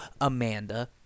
Amanda